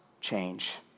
change